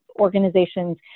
organizations